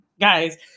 guys